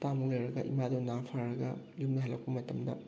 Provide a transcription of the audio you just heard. ꯍꯞꯇꯥꯃꯨꯛ ꯂꯩꯔꯒ ꯏꯃꯥꯗꯨ ꯅꯥꯕ ꯐꯔꯒ ꯌꯨꯝꯗ ꯍꯜꯂꯛꯄ ꯃꯇꯝꯗ